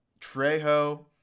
Trejo